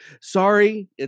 sorry